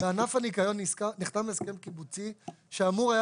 בענף הניקיון נחתם הסכם קיבוצי שאמור היה